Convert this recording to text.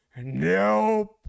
nope